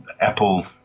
Apple